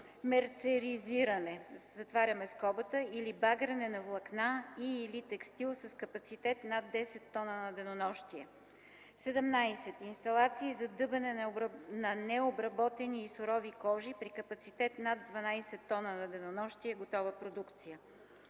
мерцеризиране) или багрене на влакна и/или текстил с капацитет над 10 т на денонощие. 17. Инсталации за дъбене на необработени и сурови кожи при капацитет над 12 т на денонощие готова продукция.